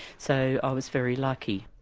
so i was very lucky.